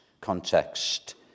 context